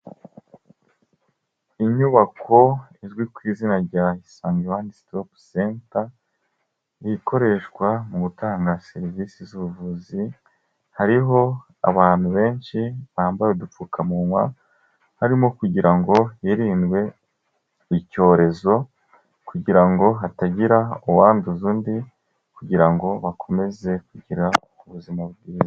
Inyubako izwi ku izina rya Isange One stop center, ikoreshwa mu gutanga serivisi z'ubuvuzi, hariho abantu benshi bambaye udupfukamunwa harimo kugira ngo hirindwe icyorezo kugira ngo hatagira uwanduza undi kugira ngo bakomeze kugira ubuzima bwiza.